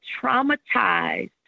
traumatized